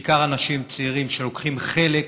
בעיקר אנשים צעירים, שלוקחים חלק